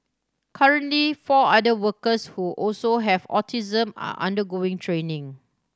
currently four other workers who also have autism are undergoing training